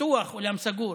פתוח או באולם סגור,